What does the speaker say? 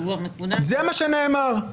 זה מה שנאמר.